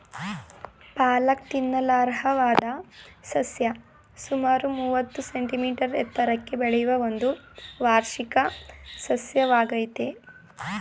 ಪಾಲಕ್ ತಿನ್ನಲರ್ಹವಾದ ಸಸ್ಯ ಸುಮಾರು ಮೂವತ್ತು ಸೆಂಟಿಮೀಟರ್ ಎತ್ತರಕ್ಕೆ ಬೆಳೆಯುವ ಒಂದು ವಾರ್ಷಿಕ ಸಸ್ಯವಾಗಯ್ತೆ